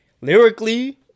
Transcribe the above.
lyrically